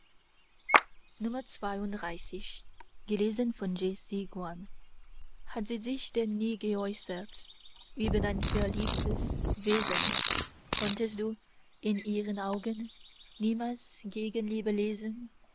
xxxii hat sie sich denn nie geäußert über dein verliebtes wesen konntest du in ihren augen niemals gegenliebe lesen